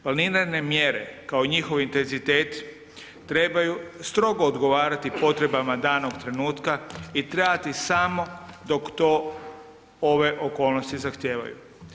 Planirane mjere kao i njihov intenzitet trebaju strogo odgovarati potrebama danog trenutka i trajati samo dok to ove okolnosti zahtijevaju.